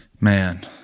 Man